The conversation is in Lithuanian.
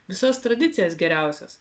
visas tradicijas geriausias